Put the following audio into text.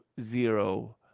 zero